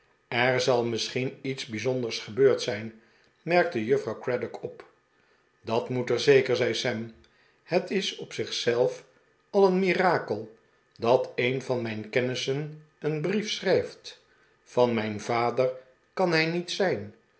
er zal misschien iets bijzonders gebeurd zijn merkte juffrouw craddock op dat moet er zeker zei sam het is op zich zelf al een mirakel dat een van mijn kennissen een brief schrijft van mijn vader kan hij niet zijn